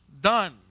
done